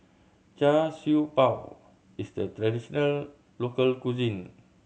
Char Siew Bao is the traditional local cuisine